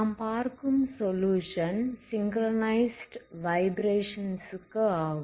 நாம் பார்க்கும் solution synchronised vibrations க்கு ஆகும்